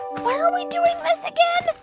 why are we doing this again?